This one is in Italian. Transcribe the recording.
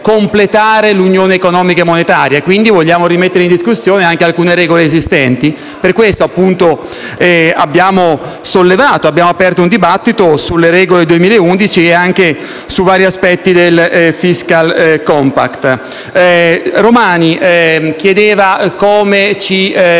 l'unione economica e monetaria, ma vogliamo rimettere in discussione anche alcune regole esistenti. Per questo abbiamo sollevato un dibattito sulle regole 2011 ed anche su vari aspetti del *fiscal compact.* Al senatore Paolo